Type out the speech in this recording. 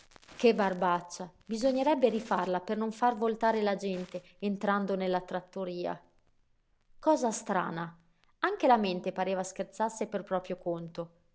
rinascenti che barbaccia bisognerebbe rifarla per non far voltare la gente entrando nella trattoria cosa strana anche la mente pareva scherzasse per proprio conto